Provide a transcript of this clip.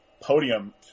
Podium